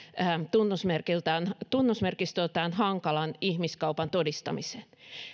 tunnusmerkistöltään tunnusmerkistöltään hankalan ihmiskaupan todistamiseen